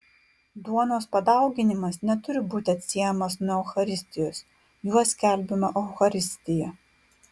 duonos padauginimas neturi būti atsiejamas nuo eucharistijos juo skelbiama eucharistija